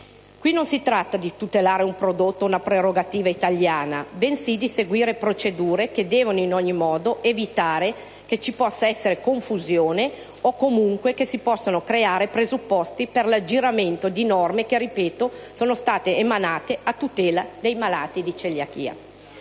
Non si tratta qui di tutelare un prodotto o una prerogativa italiana, bensì di seguire procedure che devono in ogni modo evitare che ci possa essere confusione o comunque che si possano creare presupposti per l'aggiramento di norme che - lo ripeto - sono state emanate a tutela dei malati di celiachia.